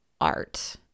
art